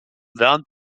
während